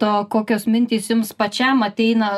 to kokios mintys jums pačiam ateina